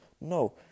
no